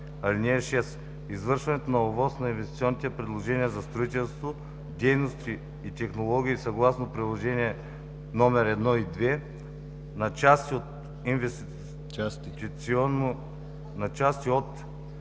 (6) Извършване на ОВОС на инвестиционни предложения за строителство, дейности и технологии съгласно приложения № 1 и 2, на части от инвестиционни